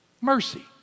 mercy